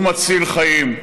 הוא מציל חיים,